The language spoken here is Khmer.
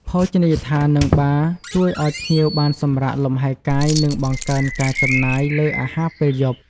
ភោជនីយដ្ឋាន និងបារជួយឱ្យភ្ញៀវបានសម្រាកលំហែកាយ និងបង្កើនការចំណាយលើអាហារពេលយប់។